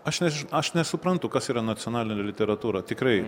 aš než aš nesuprantu kas yra nacionalinė literatūra tikrai